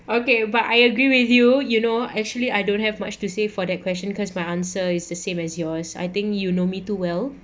okay but I agree with you you know actually I don't have much to say for that question because my answer is the same as yours I think you know me too well